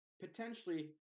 potentially